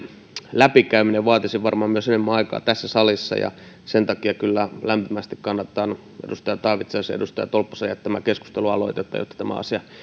läpikäyminen vaatisi varmaan myös enemmän aikaa tässä salissa sen takia kyllä lämpimästi kannatan edustaja taavitsaisen ja edustaja tolppasen jättämää keskustelualoitetta jotta tämä asia